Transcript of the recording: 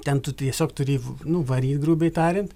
ten tu tiesiog turi nu varyt grubiai tariant